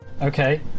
Okay